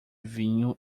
vinho